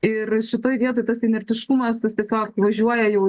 ir šitoj vietoj tas inertiškumas jis tiesiog važiuoja jau